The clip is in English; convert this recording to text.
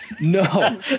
no